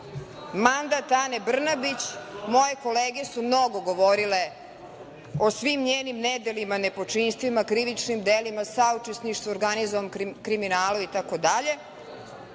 mandat Ane Brnabić. Moje kolege su mnogo govorile o svim njenim nedelima, nepočinstvima, krivičnim delima, saučesništvu, organizovanom kriminalu itd.